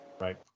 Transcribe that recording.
Right